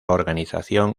organización